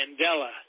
Mandela